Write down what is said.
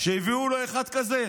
שהביאו לו אחד כזה?